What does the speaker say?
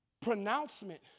pronouncement